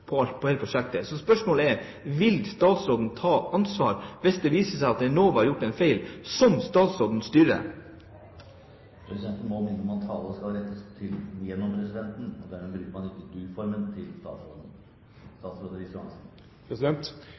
prosjektet. Så spørsmålet er: Vil statsråden ta ansvar hvis det viser seg at Enova, som statsråden styrer, har gjort en feil? Presidenten må minne om at all tale skal rettes til presidenten. Da bruker man ikke du-formen til statsråden.